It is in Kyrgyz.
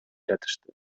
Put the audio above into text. жатышты